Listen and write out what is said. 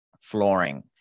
flooring